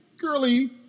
Curly